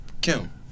Kim